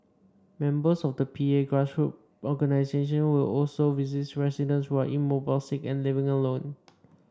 members of the P A grassroots organisations will also visit residents who are immobile sick and living alone